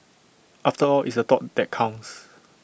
after all it's the thought that counts